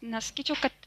nesakyčiau kad